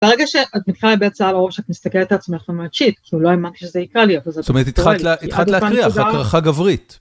ברגע שאת מתחילה לאבד שיער ראש, את מסתכלת על עצמך ואומרת שיט, אני לא האמנתי שזה יקרה לי אבל זה... זאת אומרת התחלת להקריח, הקרחה גברית.